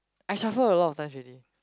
I shuffle a lot of times already